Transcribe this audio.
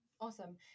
Awesome